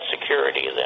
security